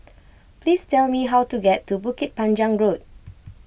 please tell me how to get to Bukit Panjang Road